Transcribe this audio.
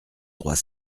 droit